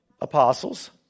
Apostles